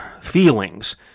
feelings